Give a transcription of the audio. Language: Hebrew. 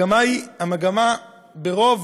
המגמה ברוב